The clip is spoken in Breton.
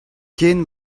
ken